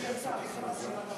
אדוני השר, אפשר רק שאלת הבהרה?